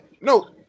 no